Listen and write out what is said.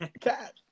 cat